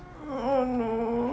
oh no